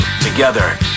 Together